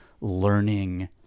learning